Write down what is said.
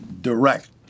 direct